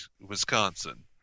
Wisconsin